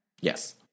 Yes